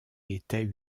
étaient